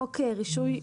חוק רישוי,